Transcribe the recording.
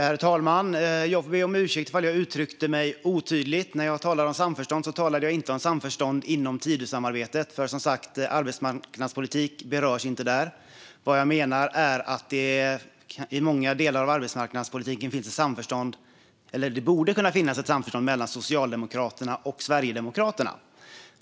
Herr talman! Jag ber om ursäkt om jag uttryckte mig otydligt. När jag talade om samförstånd menade jag inte samförstånd inom Tidösamarbetet. Arbetsmarknadspolitik berörs som sagt inte där. Det jag menar är att det i många delar av arbetsmarknadspolitiken borde kunna finnas utrymme för samförstånd mellan Socialdemokraterna och Sverigedemokraterna.